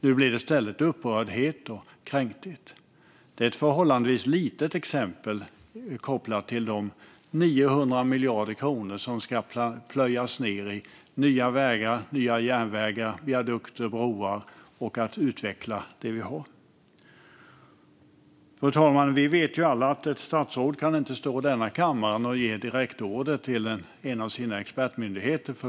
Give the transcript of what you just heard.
Det blev i stället upprördhet och kränkthet. Detta är ett förhållandevis litet exempel kopplat till de 900 miljarder kronor som ska plöjas ned i nya vägar, järnvägar, viadukter och broar och i att utveckla det vi har. Fru talman! Vi vet alla att ett statsråd inte kan stå i denna kammare och ge en direkt order till en av sina expertmyndigheter.